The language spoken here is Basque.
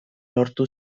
lortu